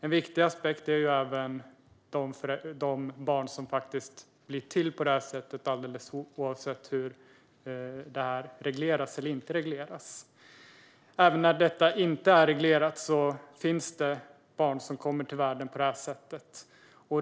En viktig aspekt är även de barn som faktiskt blir till på det här sättet, alldeles oavsett om detta regleras eller inte. Även när detta inte är reglerat finns det barn som kommer till världen på det här sättet.